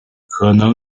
可能